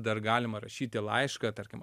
dar galima rašyti laišką tarkim